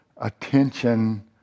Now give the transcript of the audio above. attention